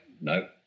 no